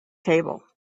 table